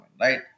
right